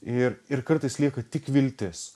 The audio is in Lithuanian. ir ir kartais lieka tik viltis